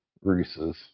Reese's